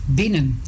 binnen